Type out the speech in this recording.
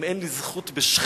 אם אין לי זכות בשכם,